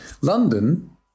London